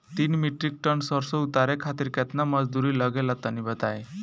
तीन metric ton सरसो उतारे खातिर केतना मजदूरी लगे ला तनि बताई?